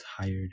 tired